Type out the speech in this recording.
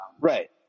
Right